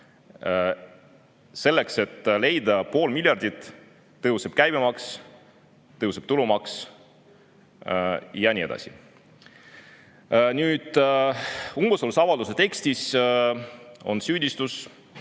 Selleks, et leida pool miljardit, tõuseb käibemaks, tõuseb tulumaks ja nii edasi. Umbusaldusavalduse tekstis on süüdistus,